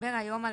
מדבר היום על